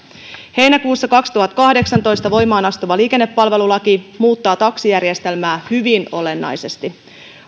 heinäkuussa kaksituhattakahdeksantoista voimaan astuva liikennepalvelulaki muuttaa taksijärjestelmää hyvin olennaisesti